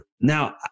Now